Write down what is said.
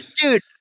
dude